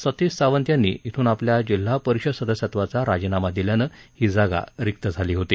सतीश सावंत यांनी इथून आपल्या जिल्हा परिषद सदस्यत्वाचा राजीनामा दिल्यानं ही जागा रिक्त झाली होती